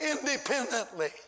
independently